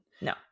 No